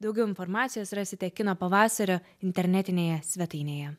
daugiau informacijos rasite kino pavasario internetinėje svetainėje